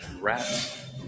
Rats